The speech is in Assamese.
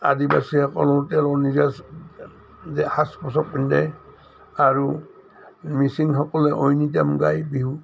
আদিবচীসকলো তেওঁলৰ নিজা যে সাজ পোচাক পিন্ধে আৰু মিচিংসকলে ঐনিতম গাই বিহু